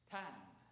time